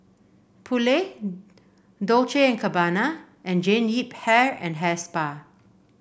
Poulet Dolce and Gabbana and Jean Yip Hair and Hair Spa